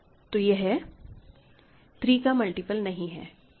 तो यह 3 का मल्टीप्ल नहीं है